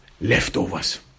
leftovers